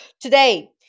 today